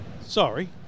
Sorry